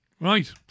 Right